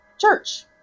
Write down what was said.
church